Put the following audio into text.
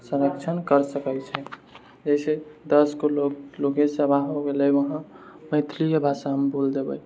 संरक्षण करि सकै छै जाहिसँ दसगो लोगके सलाहो भेलै वहाँ मैथिलिये भाषामे बोलि देबै